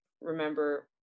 remember